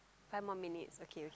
five more minutes okay okay